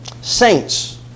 Saints